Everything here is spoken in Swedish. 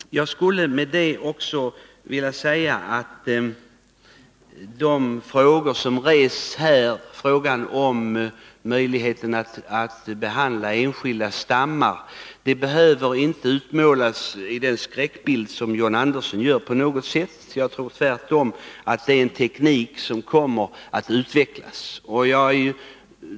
Jag skulle också vilja säga att de frågor som rests här — bl.a. frågan om möjligheterna att behandla enskilda stammar — inte behöver utbroderas till den skräckbild som John Andersson gör. Jag tror tvärtom att den tekniken kommer att kunna utvecklas.